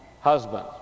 husband